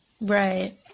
right